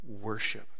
Worship